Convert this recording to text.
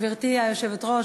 גברתי היושבת-ראש,